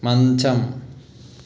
మంచం